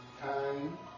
time